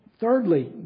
Thirdly